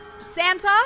Santa